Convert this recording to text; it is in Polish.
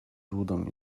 złudą